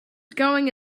going